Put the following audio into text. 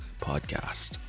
Podcast